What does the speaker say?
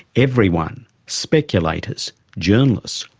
everyone speculators, journalists,